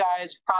guys